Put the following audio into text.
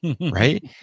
right